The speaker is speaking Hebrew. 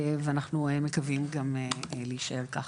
ואנחנו מקווים גם להישאר כך.